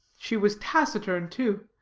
she was taciturn, too.